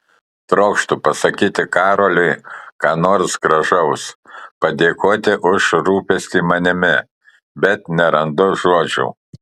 trokštu pasakyti karoliui ką nors gražaus padėkoti už rūpestį manimi bet nerandu žodžių